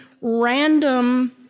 random